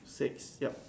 six yup